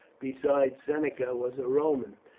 besides, seneca was a roman,